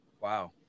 Wow